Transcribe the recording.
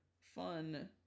fun